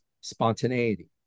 Spontaneity